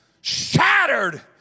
shattered